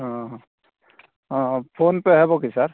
ହଁ ହଁ ହଁ ହଁ ଫୋନ୍ ପେ ହେବକି କି ସାର୍